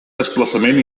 desplaçament